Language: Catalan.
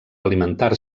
alimentar